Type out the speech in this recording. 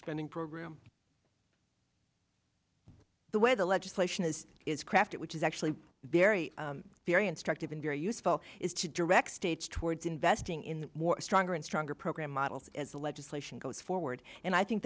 spending program the way the legislation is is crafted which is actually very very instructive and very useful is to direct states towards investing in more stronger and stronger program models as the legislation goes forward and i think